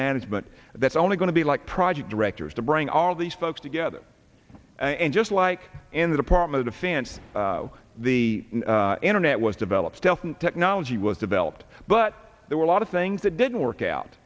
management that's only going to be like project directors to bring all these folks together and just like in the department of finance the internet was developed stealth technology was developed but there were a lot of things that didn't work out